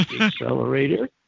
accelerator